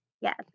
yes